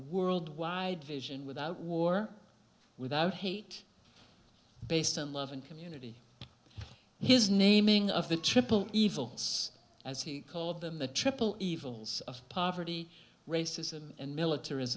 world wide vision without war without hate based on love and community his naming of the triple evils as he called them the triple evils of poverty racism and militar